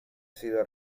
sido